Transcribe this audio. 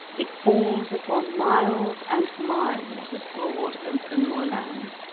it falls upon miles and miles of broad open moorland.